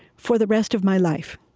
for the rest of my life,